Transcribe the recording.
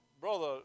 Brother